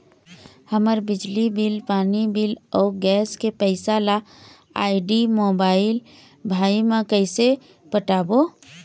हमर बिजली बिल, पानी बिल, अऊ गैस के पैसा ला आईडी, मोबाइल, भाई मे कइसे पटाबो?